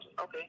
Okay